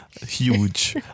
Huge